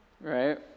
right